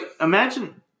imagine